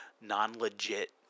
non-legit